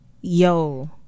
Yo